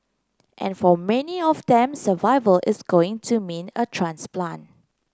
and for many of them survival is going to mean a transplant